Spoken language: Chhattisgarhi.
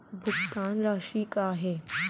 भुगतान राशि का हे?